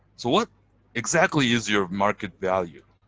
so what exactly is your market value?